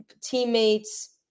teammates